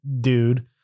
dude